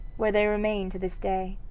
where they remain to this day.